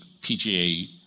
PGA